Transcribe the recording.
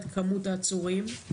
את כמות העצורים,